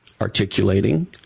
Articulating